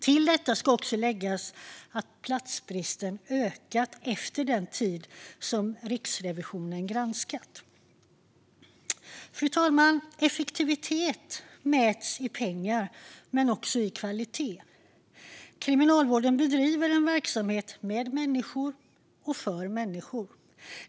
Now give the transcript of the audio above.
Till detta ska också läggas att platsbristen har ökat efter den tid som Riksrevisionen granskat. Fru talman! Effektivitet mäts i pengar men också i kvalitet. Kriminalvården bedriver en verksamhet med människor och för människor.